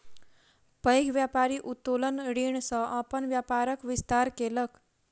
पैघ व्यापारी उत्तोलन ऋण सॅ अपन व्यापारक विस्तार केलक